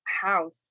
house